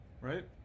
Right